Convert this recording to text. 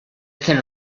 zen